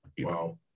Wow